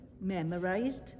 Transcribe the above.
memorized